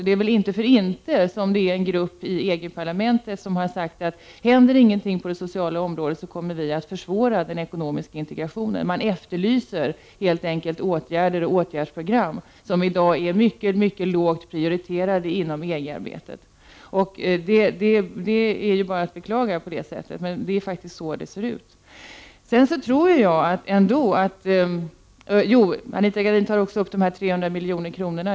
Det är väl inte för inte som en grupp i EG-parlamentet har sagt att om det inte händer någonting på det sociala området, kommer det att försvåra den ekonomiska integrationen. De efterlyser åtgärdsprogram helt enkelt, som i dag är mycket lågt prioriterade inom EG-arbetet. Det är bara att beklaga att det är på det sättet, men det är faktiskt så. Anita Gradin berörde också frågan om de 300 milj.kr.